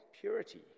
purity